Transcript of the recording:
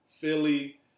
Philly